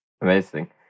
Amazing